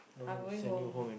I'm going home